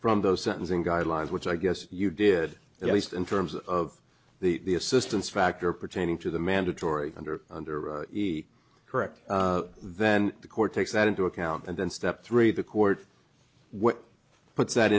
from those sentencing guidelines which i guess you did at least in terms of the assistance factor pertaining to the mandatory under under the correct then the court takes that into account and then step three the court